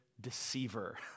deceiver